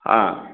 হ্যাঁ